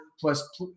plus